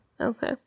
Okay